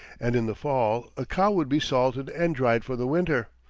and in the fall a cow would be salted and dried for the winter,